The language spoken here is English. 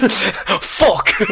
fuck